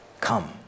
come